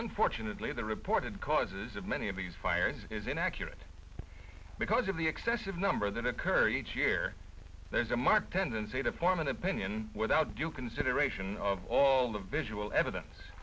unfortunately the reported causes of many of these fires is inaccurate because of the excessive number that occur each year there's a marked tendency to form an opinion without due consideration of all the visual evidence